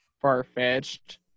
far-fetched